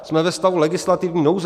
Jsme ve stavu legislativní nouze.